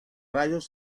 rayos